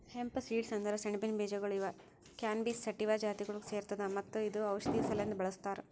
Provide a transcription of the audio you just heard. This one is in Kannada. ಹೆಂಪ್ ಸೀಡ್ಸ್ ಅಂದುರ್ ಸೆಣಬಿನ ಬೀಜಗೊಳ್ ಇವು ಕ್ಯಾನಬಿಸ್ ಸಟಿವಾ ಜಾತಿಗೊಳಿಗ್ ಸೇರ್ತದ ಮತ್ತ ಇದು ಔಷಧಿ ಸಲೆಂದ್ ಬಳ್ಸತಾರ್